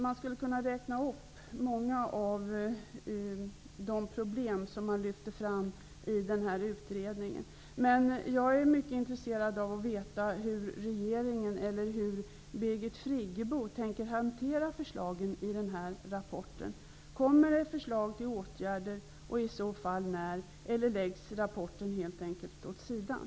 Man skulle kunna räkna upp många av de problem som lyfts fram i den här utredningen. Men jag är mycket intresserad av att få veta hur regeringen eller Birgit Friggebo tänker hantera förslagen i rapporten. Kommer det förslag till åtgärder, och i så fall när? Eller läggs rapporten helt enkelt åt sidan?